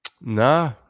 Nah